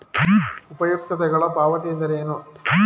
ಉಪಯುಕ್ತತೆಗಳ ಪಾವತಿ ಎಂದರೇನು?